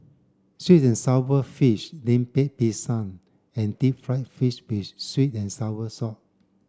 sweet and sour fish Lemper Pisang and deep fried fish with sweet and sour sauce